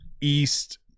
east